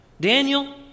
Daniel